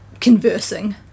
conversing